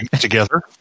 Together